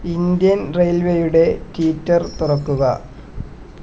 Indian റെയിൽവേയുടെ Twitter തുറക്കുക